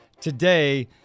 today